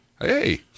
Hey